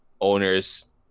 owners